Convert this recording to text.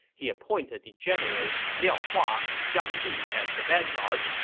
he appointed the generals liao hua and zhang yi as the vanguards,